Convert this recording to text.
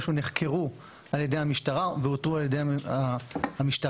שנחקרו על ידי המשטרה ואותרו על ידי המשטרה,